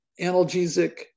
analgesic